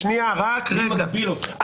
מי מגביל אותך.